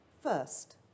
First